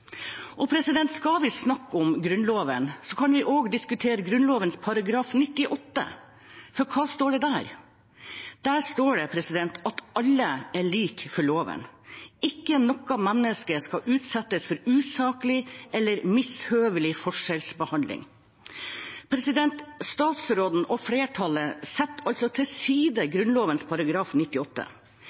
Skal vi snakke om Grunnloven, så kan vi også diskutere Grunnloven § 98, for hva står det der? Der står det: «Alle er like for lova. Ikkje noko menneske må utsetjast for usakleg eller mishøveleg forskjellsbehandling.» Statsråden og flertallet setter altså til side Grunnloven § 98.